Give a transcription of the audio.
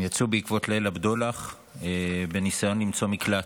הם יצאו בעקבות ליל הבדולח בניסיון למצוא מקלט.